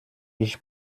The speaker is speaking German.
ich